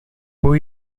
nebo